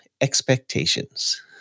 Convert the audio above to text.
Expectations